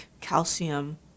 calcium